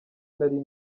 nari